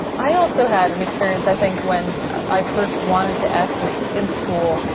i also had an experience, i think, when i first wanted to act was in school.